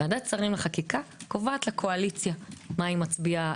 ועדת שרים לחקיקה קובעת לקואליציה מה היא מצביעה,